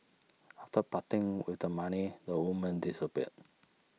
after parting with the money the women disappear